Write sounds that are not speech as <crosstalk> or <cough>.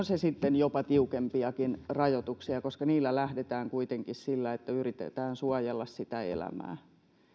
<unintelligible> se sitten jopa tiukempiakin rajoituksia koska niillä lähdetään kuitenkin siitä että yritetään suojella elämää